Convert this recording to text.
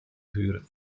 hören